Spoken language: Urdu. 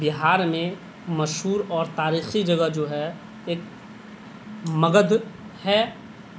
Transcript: بہار میں مشہور اور تاریخی جگہ جو ہے ایک مگدھ ہے